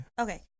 Okay